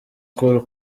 kuri